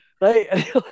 right